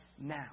now